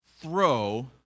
Throw